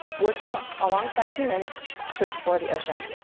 working alongside humans to explore the ocean.